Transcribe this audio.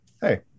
hey